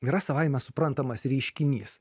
yra savaime suprantamas reiškinys